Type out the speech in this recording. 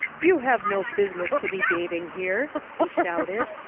you have no business to be bathing here, he shouted.